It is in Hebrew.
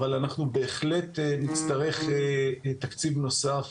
אבל אנחנו בהחלט, נצטרך תקציב נוסף